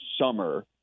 summer